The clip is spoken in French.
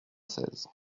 seize